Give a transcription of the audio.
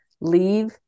leave